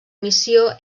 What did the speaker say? missió